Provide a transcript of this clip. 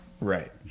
Right